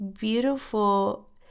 beautiful